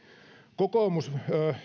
kokoomus